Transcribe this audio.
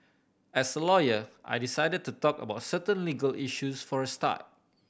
as a lawyer I decided to talk about certain legal issues for a start